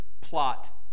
plot